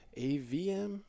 AVM